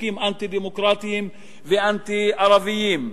חוקים אנטי-דמוקרטיים ואנטי-ערביים.